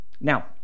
Now